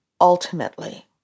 ultimately